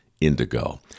indigo